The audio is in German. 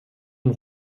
und